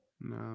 no